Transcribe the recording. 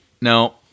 No